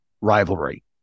rivalry